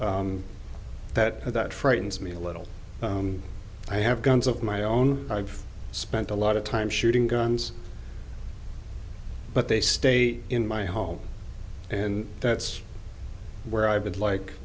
that that frightens me a little i have guns of my own i've spent a lot of time shooting guns but they stayed in my home and that's where i would like